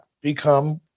become